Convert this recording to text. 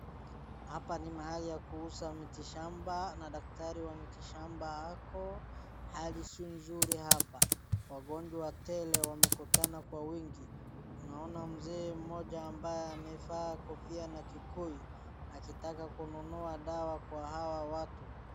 Hapa ni mahali ya kuuza miti shamba na daktari wa mitishamba ako. Hali si nzuri hapa. Wagonjwa tele wamekutana kwa wingi. Naona mzee mmoja ambaye amevaa kofia na kikoi akitaka kununua dawa kwa hawa watu.